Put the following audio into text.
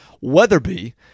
Weatherby